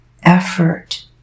effort